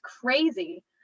crazy